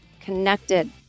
connected